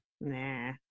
Nah